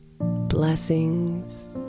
Blessings